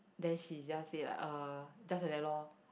then she just say like uh just like that lor